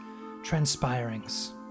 transpirings